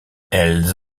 elles